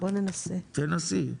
תנסי.